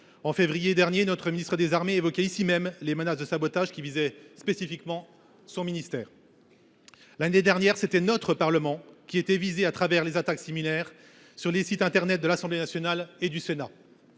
En février, notre ministre des armées évoquait ici même des menaces de sabotage qui visaient spécifiquement son ministère. L’année dernière, c’était notre Parlement qui était visé par des attaques similaires contre les sites internet de l’Assemblée nationale et du Sénat.